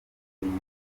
yifite